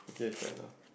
okay fine lah